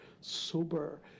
sober